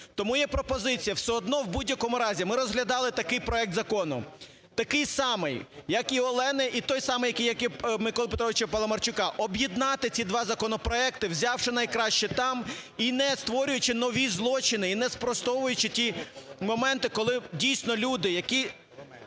Тому є пропозиція, все одно в будь-якому разі ми розглядали такий проект закону, такий самий, як і Олени, і той самий, як і Миколи Петровича Паламарчука, об'єднати ці два законопроекти, взявши найкраще там і не створюючи нові злочини, і не спростовуючи ті моменти, коли, дійсно, люди, які